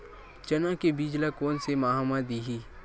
चना के बीज ल कोन से माह म दीही?